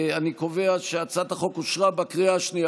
אני קובע שהצעת החוק אושרה בקריאה השנייה.